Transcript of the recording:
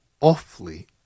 awfully